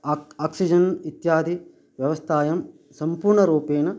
आक् oxygen इत्यादि व्यवस्थायां सम्पूर्णरूपेण